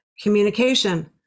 communication